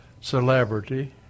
celebrity